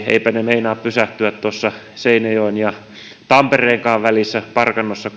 eipä meinaa pysähtyä kuin osa junista seinäjoen ja tampereenkaan välissä parkanossa